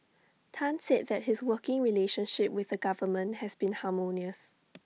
Tan said that his working relationship with the government has been harmonious